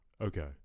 Okay